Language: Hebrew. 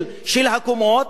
של הקומות,